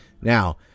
Now